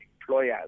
employers